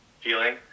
feeling